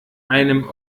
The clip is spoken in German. einem